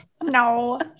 No